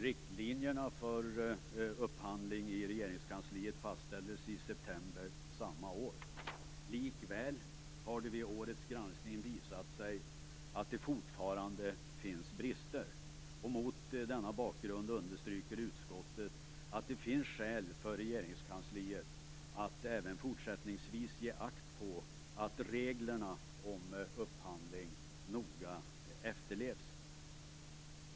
Riktlinjerna för upphandling i Regeringskansliet fastställdes i september samma år. Likväl har det vid årets granskning visat sig att det fortfarande finns brister, och mot denna bakgrund understryker utskottet att det finns skäl för Regeringskansliet att även fortsättningsvis ge akt på att reglerna om upphandling noga efterlevs.